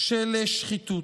של שחיתות.